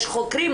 יש חוקרים,